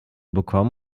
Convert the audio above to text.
bekommen